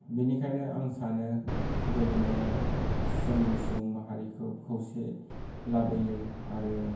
बेनिखायनो आं सानो गेलेनाया जोंनि सुबुं माहारिखौ खौसे लाबोयो आरो